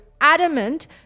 adamant